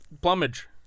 plumage